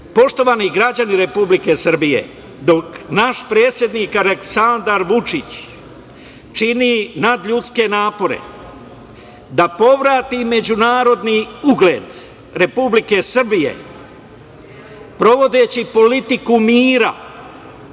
poštovani građani Republike Srbije, dok naš predsednik Aleksandar Vučić čini nadljudske napore da povrati međunarodni ugled Republike Srbije provodeći politiku mira,